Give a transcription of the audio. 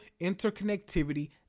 Interconnectivity